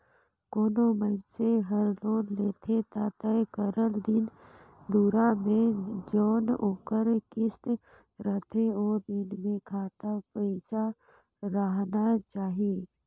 कोनो मइनसे हर लोन लेथे ता तय करल दिन दुरा में जउन ओकर किस्त रहथे ओ दिन में खाता पइसा राहना चाही